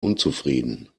unzufrieden